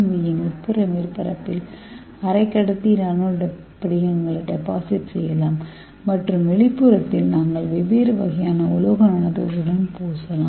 வியின் உட்புற மேற்பரப்பில் அரைக்கடத்தி நானோ படிகங்களை டெபாசிட் செய்யலாம் மற்றும் வெளிப்புறத்தில் நாங்கள் வெவ்வேறு வகையான உலோக நானோ துகள்களுடன் பூசலாம்